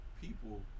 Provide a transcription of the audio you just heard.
people